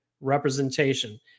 representation